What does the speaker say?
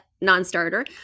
non-starter